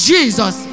Jesus